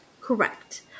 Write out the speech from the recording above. Correct